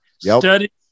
study